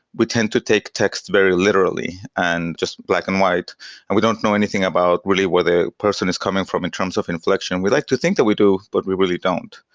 we tend to take text very literally and just black and white and we don't know anything about really where the person is coming from in terms of inflection. we like to think that we do, but we really don't.